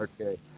okay